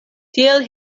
tiel